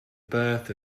birth